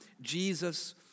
Jesus